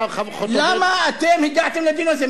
למה אתם הגעתם לדיון הזה?